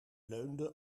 leunde